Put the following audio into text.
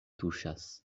tuŝas